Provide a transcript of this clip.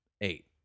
eight